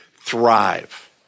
thrive